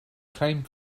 claimed